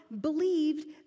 believed